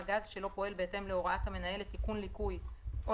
גז שלא פועל בהתאם להוראת המנהל לתיקון ליקוי או